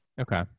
Okay